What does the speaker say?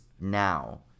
now –